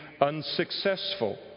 unsuccessful